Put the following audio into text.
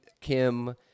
Kim